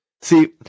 See